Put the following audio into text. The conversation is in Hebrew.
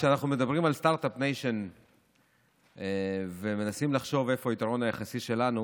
כשאנחנו מדברים על סטרטאפ ניישן ומנסים לחשוב איפה היתרון היחסי שלנו,